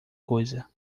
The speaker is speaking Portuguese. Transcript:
coisa